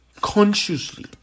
consciously